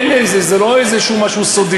רק לפני שבוע, זה לא איזה משהו סודי.